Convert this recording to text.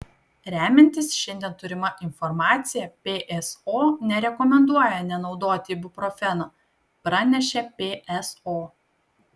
remiantis šiandien turima informacija pso nerekomenduoja nenaudoti ibuprofeno pranešė pso